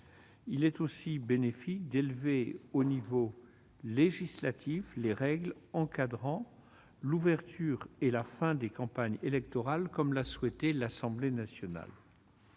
La proposition de loi élève au niveau législatif les règles encadrant l'ouverture et la fin des campagnes électorales, comme l'a souhaité l'Assemblée nationale.